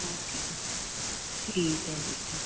okay ਜੀ ਠੀਕ ਹੈ ਜੀ ਠੀਕ